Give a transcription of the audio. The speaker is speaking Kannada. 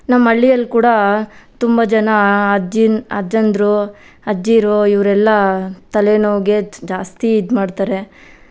ನಮ್ಮ ಹಳ್ಳಿಯಲ್ಲಿ ಕೂಡ ತುಂಬ ಜನ ಅಜ್ಜಿನ ಅಜ್ಜಂದಿರು ಅಜ್ಜಿಯರು ಇವರೆಲ್ಲ ತಲೆನೋವಿಗೆ ಜಾಸ್ತಿ ಇದು ಮಾಡ್ತಾರೆ